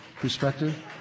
perspective